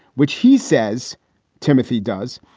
which he says timothy does,